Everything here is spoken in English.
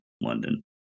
London